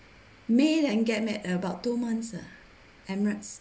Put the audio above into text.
may then get back about two months ah emirates